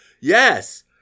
Yes